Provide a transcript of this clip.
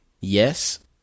yes